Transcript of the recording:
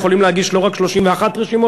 יכולים להגיש לא רק 31 רשימות,